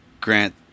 Grant